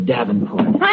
Davenport